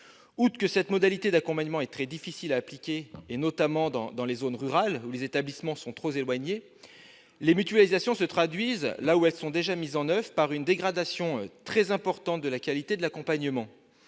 Outre que cette modalité d'accompagnement est très difficile à appliquer, notamment dans les zones rurales où les établissements sont trop éloignés, les mutualisations se traduisent, là où elles sont déjà mises en oeuvre, par une dégradation très importante de la qualité de l'accompagnement.